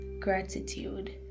gratitude